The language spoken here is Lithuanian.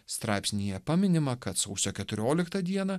straipsnyje paminima kad sausio keturioliktą dieną